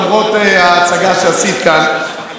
למרות ההצגה שעשית כאן,